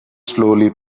slowly